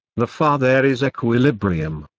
the father is equilibrium.